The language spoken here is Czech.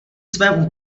svém